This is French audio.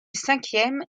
cinquième